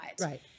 Right